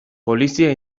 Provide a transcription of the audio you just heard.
polizia